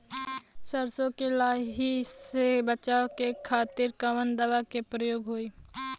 सरसो के लही से बचावे के खातिर कवन दवा के प्रयोग होई?